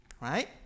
right